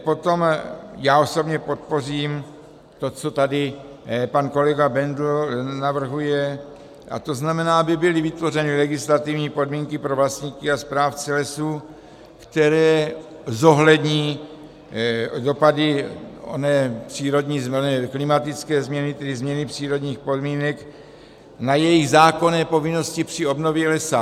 Potom já osobně podpořím to, co tady pan kolega Bendl navrhuje, to znamená, aby byly vytvořeny legislativní podmínky pro vlastníky a správce lesů, které zohlední dopady oné přírodní klimatické změny, tedy změny přírodních podmínek, na jejich zákonné povinnosti při obnově lesa.